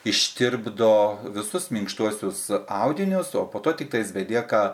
ištirpdo visus minkštuosius audinius o po to tiktais belieka